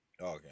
okay